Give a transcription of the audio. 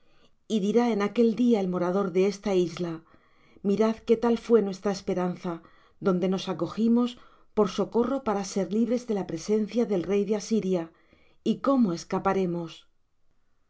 y dirá en aquel día el morador de esta isla mirad qué tal fué nuestra esperanza donde nos acogimos por socorro para ser libres de la presencia del rey de asiria y cómo escaparemos